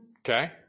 Okay